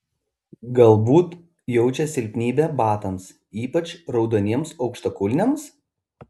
galbūt jaučia silpnybę batams ypač raudoniems aukštakulniams